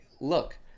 Look